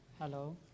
Hello